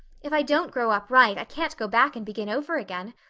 if i don't grow up right i can't go back and begin over again.